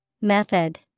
Method